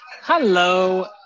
Hello